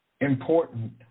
important